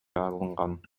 алынган